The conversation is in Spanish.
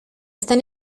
están